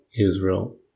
Israel